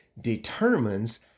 determines